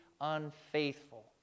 unfaithful